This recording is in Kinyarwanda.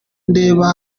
ndeba